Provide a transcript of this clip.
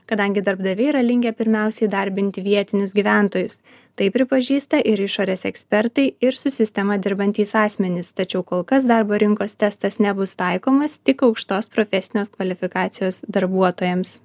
kadangi darbdaviai yra linkę pirmiausia įdarbinti vietinius gyventojus tai pripažįsta ir išorės ekspertai ir su sistema dirbantys asmenys tačiau kol kas darbo rinkos testas nebus taikomas tik aukštos profesinės kvalifikacijos darbuotojams